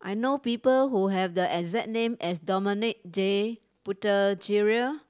I know people who have the exact name as Dominic J Puthucheary